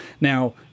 Now